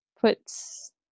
puts